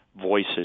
voices